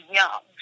young